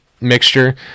mixture